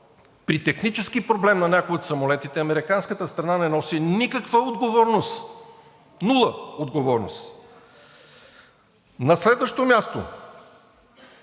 при технически проблем на някой от самолетите, американската страна не носи никаква отговорност – нула отговорност! На следващо място,